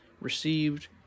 received